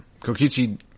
Kokichi